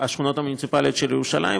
השכונות המוניציפליות של ירושלים.